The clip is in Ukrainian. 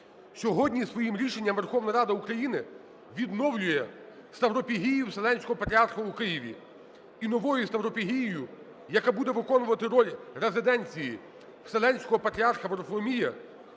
Сьогодні своїм рішенням Верховна Рада України відновлює ставропігію Вселенського патріарха у Києві, і новою ставропігією, яка буде виконувати роль резиденції Вселенського Патріарха Варфоломія